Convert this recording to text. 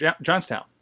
Johnstown